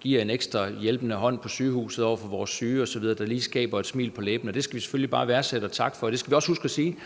giver en ekstra hånd til de syge på sygehusene på en sådan måde, at det fremkalder et smil på læben hos de ældre. Det skal vi selvfølgelig værdsætte og takke for. Det skal vi også huske at sige.